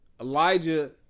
Elijah